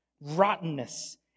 Rottenness